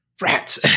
rats